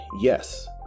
yes